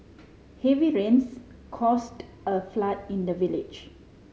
heavy rains caused a flood in the village